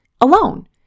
alone